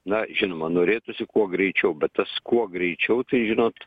na žinoma norėtųsi kuo greičiau bet tas kuo greičiau tai žinot